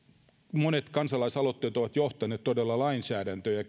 monet kansalaisaloitteet ovat todella johtaneet lainsäädäntöön ja